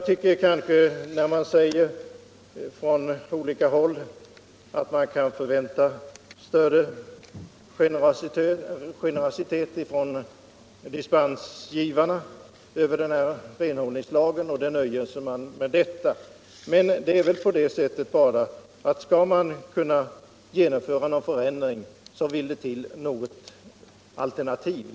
Det sägs från olika häll att man nu kan förvänta större generositet från dispensgivarna beträffande denna renhållningstag, och så nöjer man sig med detta. Men skall man kunna genomföra en förändring, vill det till något alternativ.